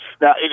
Now